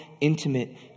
intimate